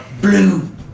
Blue